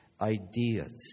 ideas